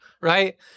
right